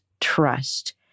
trust